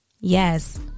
Yes